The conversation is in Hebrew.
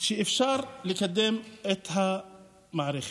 אפשר יהיה לקדם את המערכת.